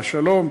לשלום,